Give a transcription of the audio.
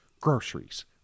groceries